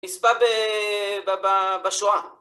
נספה בשואה